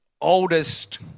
oldest